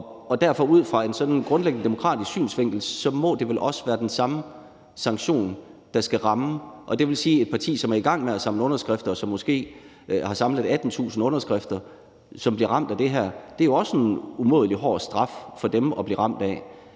Så ud fra en sådan grundlæggende demokratisk synsvinkel må det vel være den samme sanktion, der skal ramme. Det vil sige, at for et parti, som er i gang med at samle underskrifter, og som måske har samlet 18.000 underskrifter, og som bliver ramt af det her, er det jo også en umådelig hård straf at blive ramt af.